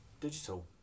digital